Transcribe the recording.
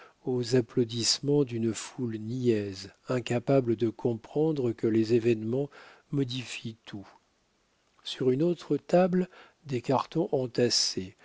aux applaudissements d'une foule niaise incapable de comprendre que les événements modifient tout sur une autre table des cartons entassés